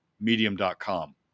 medium.com